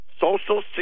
Social